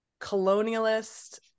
colonialist